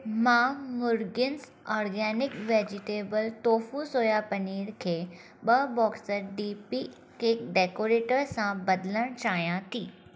मां मुर्गिन्स organic vegetable tofu soya paneer खे ॿ box D P cake decorator सां बदिलणु चाहियां थी